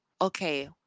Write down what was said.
okay